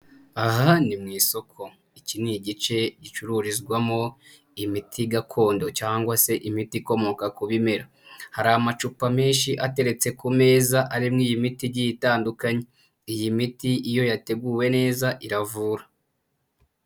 Aha ni mu isoko iki ni igice gicururizwamo imiti gakondo cyangwa se imiti ikomoka ku bimera, hari amacupa menshi ateretse ku meza arimo iyi imiti igiye itandukanye, iyi miti iyo yateguwe neza iravura.